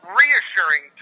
reassuring